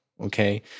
Okay